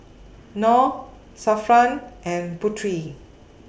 Nor Zafran and Putri